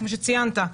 כמו שציינת,